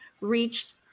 reached